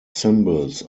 symbols